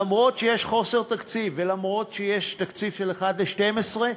אף שיש חוסר תקציב ואף שיש תקציב של 1 חלקי 12,